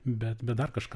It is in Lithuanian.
bet bet dar kažką